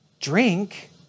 drink